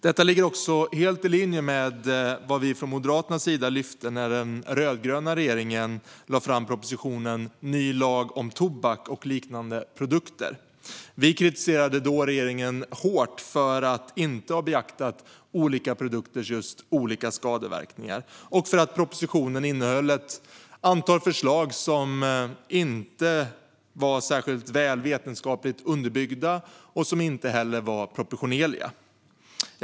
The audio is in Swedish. Detta ligger också helt i linje med vad vi från Moderaternas sida lyfte fram när den rödgröna regeringen lade fram propositionen Ny lag om tobak och liknande produkter . Vi kritiserade då regeringen hårt för att inte ha beaktat olika produkters olika skadeverkningar och för att propositionen innehöll ett antal förslag som inte var särskilt väl vetenskapligt underbyggda och inte heller var proportionerliga.